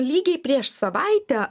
lygiai prieš savaitę